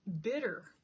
bitter